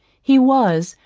he was,